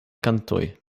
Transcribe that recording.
kantoj